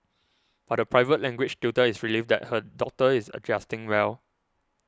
but the private language tutor is relieved that her daughter is adjusting well